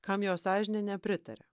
kam jo sąžinė nepritaria